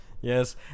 Yes